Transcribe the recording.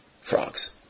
frogs